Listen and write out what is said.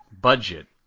Budget